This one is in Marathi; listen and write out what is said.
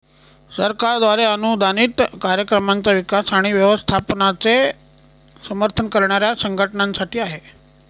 सरकारद्वारे अनुदानित कार्यक्रमांचा विकास आणि व्यवस्थापनाचे समर्थन करणाऱ्या संघटनांसाठी आहे